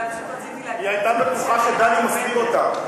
היא הייתה בטוחה שדני מסתיר אותה.